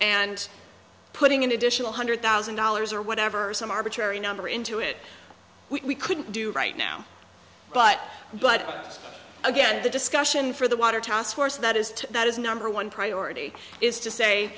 and putting an additional hundred thousand dollars or whatever some arbitrary number into it we could do right now but but again the discussion for the water task force that has to that is number one priority is to say